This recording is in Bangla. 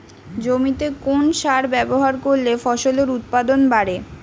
জমিতে কোন সার ব্যবহার করলে ফসলের উৎপাদন বাড়ে?